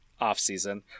offseason